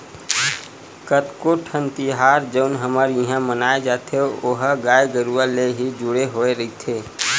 कतको ठन तिहार जउन हमर इहाँ मनाए जाथे ओहा गाय गरुवा ले ही जुड़े होय रहिथे